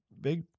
big